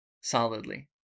solidly